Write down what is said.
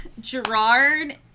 Gerard